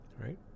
Right